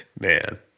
Man